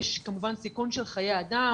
יש כמובן סיכון של חיי אדם,